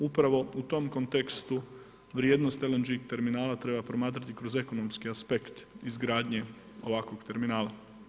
Upravo u tom kontekstu vrijednost LNG terminala treba promatrati kroz ekonomski aspekt izgradnje ovakvog terminala.